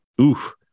Oof